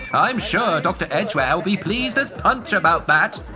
i'm sure doctor edgware will be pleased as punch about that!